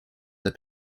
the